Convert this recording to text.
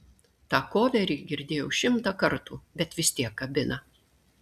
tą koverį girdėjau šimtą kartų bet vis tiek kabina